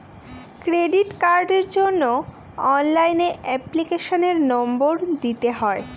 credit কার্ডের জন্য অনলাইনে এপ্লিকেশনের নম্বর দিতে হয়